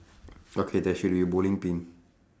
okay there should be a bowling pin